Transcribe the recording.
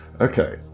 Okay